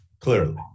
clearly